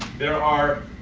there are